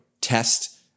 test